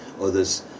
others